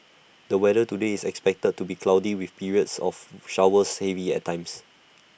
the weather today is expected to be cloudy with periods of showers heavy at times